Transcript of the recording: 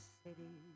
city